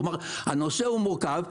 הנושא מורכב,